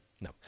No